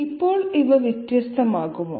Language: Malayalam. ഇപ്പോൾ ഇവ വ്യത്യസ്തമാകുമോ